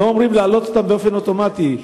לא אומרים להעלות אותם באופן אוטומטי.